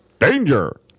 Danger